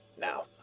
Now